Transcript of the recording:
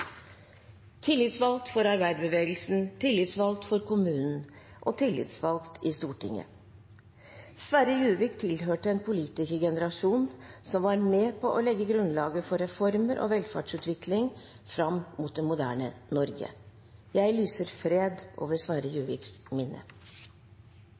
tillitsvalgt for arbeiderbevegelsen, tillitsvalgt for kommunen og tillitsvalgt i Stortinget. Sverre Juvik tilhørte en politikergenerasjon som var med på å legge grunnlaget for reformer og velferdsutvikling fram mot det moderne Norge. Jeg lyser fred over Sverre